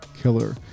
Killer